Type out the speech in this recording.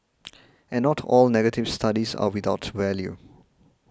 and not all negative studies are without value